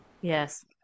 Yes